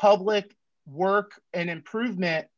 public work and improve met